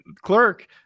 clerk